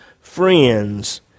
friends